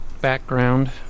background